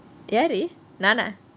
யாரு நானா:yaaru naana